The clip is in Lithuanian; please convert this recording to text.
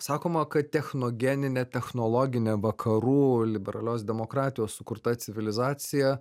sakoma kad technogeninė technologinė vakarų liberalios demokratijos sukurta civilizacija